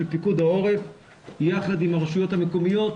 פיקוד העורף יחד עם הרשויות המקומיות,